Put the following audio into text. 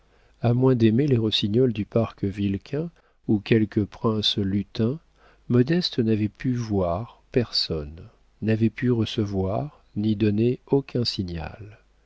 a moins d'aimer les rossignols du parc vilquin ou quelque prince lutin modeste n'avait pu voir personne n'avait pu recevoir ni donner aucun signal